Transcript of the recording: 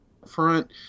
Front